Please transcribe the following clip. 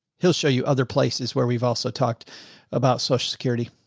he'll show you other places where we've also talked about social security.